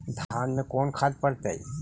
धान मे कोन खाद पड़तै?